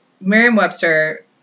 Merriam-Webster